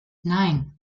nein